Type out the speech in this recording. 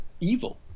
evil